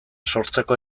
sortzeko